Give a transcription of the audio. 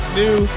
new